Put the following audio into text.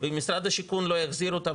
אם משרד השיכון לא יחזיר אותם,